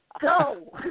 go